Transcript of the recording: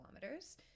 kilometers